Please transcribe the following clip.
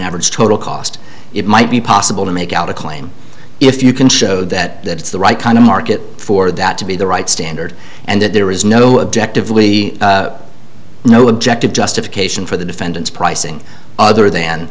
average total cost it might be possible to make out a claim if you can show that that it's the right kind of market for that to be the right standard and that there is no objective lee no objective justification for the defendant's pricing other than